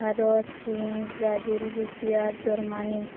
ଭାରତ ଚୀନ୍ Brazil Russia Germany